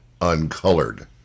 uncolored